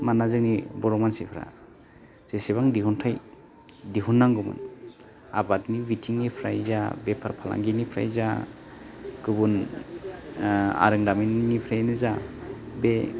मानोना जोंनि बर' मानसिफ्रा जेसेबां दिहुनथाइ दिहुननांगौमोन आबादनि बिथिंनिफ्राय जा बेफार फालांगिनिफ्राय जा गुबुन आरोंदामिननिफ्रायनो जा बे